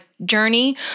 Journey